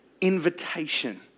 invitation